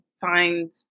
find